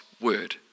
word